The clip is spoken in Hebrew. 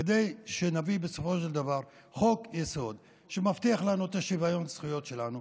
כדי שנביא בסופו של דבר חוק-יסוד שמבטיח לנו את שוויון הזכויות שלנו,